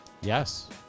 Yes